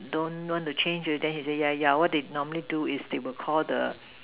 don't want to change they have yeah yeah what did the normally do is we called the